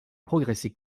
progresser